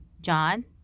John